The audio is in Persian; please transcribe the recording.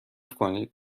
کنید